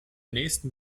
nächsten